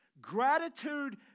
Gratitude